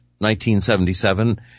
1977